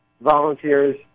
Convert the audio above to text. volunteers